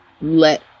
let